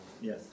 Yes